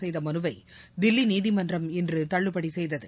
செய்த மனுவை தில்லி நீதிமன்றம் இன்று தள்ளுபடி செய்தது